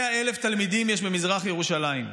100,000 תלמידים יש במזרח ירושלים,